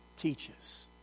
teaches